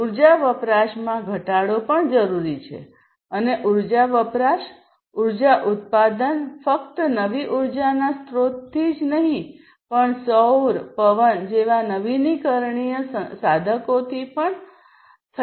ઉર્જા વપરાશમાં ઘટાડો પણ જરૂરી છે અને ઉર્જા વપરાશ ઉર્જા ઉત્પાદન ફક્ત નવી ઉર્જાના સ્રોતથી જ નહીં પણ સૌર પવન જેવા નવીનીકરણીય સાધકોથી પણ થઈ શકે છે